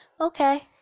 Okay